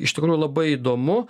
iš tikrųjų labai įdomu